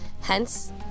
Hence